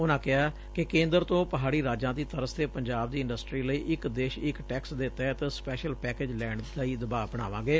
ਉਨਾਂ ਕਿਹਾ ਕਿ ਕੇਦਰ ਤੋ ਪਹਾਡੀ ਰਾਜਾਂ ਦੀ ਤਰਜ਼ ਤੇ ਪੰਜਾਬ ਦੀ ਇੰਡਸਟਰੀ ਲਈ ਇੱਕ ਦੇਸ਼ ਇੱਕ ਟੈਕਸ ਦੇ ਤਹਿਤ ਸਪੈਸ਼ਲ ਪੈਕੇਜ ਲੈਣ ਲਈ ਦਬਾਅ ਬਣਾਵਾਂਗੇ